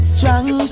Strong